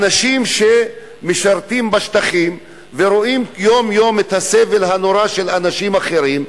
אנשים שמשרתים בשטחים רואים יום-יום את הסבל הנורא של אנשים אחרים,